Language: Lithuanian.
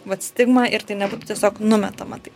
vat stigma ir tai tiesiog numetama tai